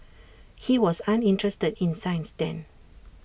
he was uninterested in science then